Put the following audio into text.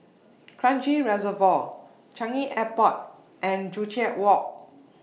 Kranji Reservoir Changi Airport and Joo Chiat Walk